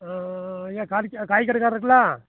ஏங்க கார் காய்கறிக்காரருங்களா